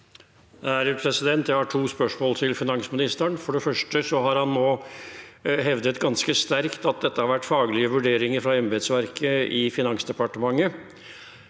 Jeg har to spørsmål til finansministeren. For det første: Han har nå hevdet ganske sterkt at dette har vært faglige vurderinger fra embetsverket i Finansdepartementet.